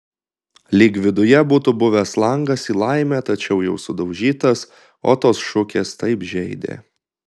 lyg viduje būtų buvęs langas į laimę tačiau jau sudaužytas o tos šukės taip žeidė